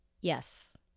Yes